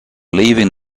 leaving